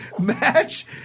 match